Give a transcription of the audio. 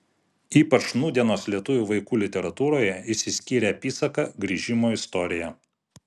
ypač nūdienos lietuvių vaikų literatūroje išsiskyrė apysaka grįžimo istorija